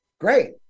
Great